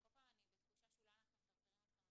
וכל פעם אני בתחושה שאולי אנחנו מטרטרים אתכם,